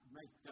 make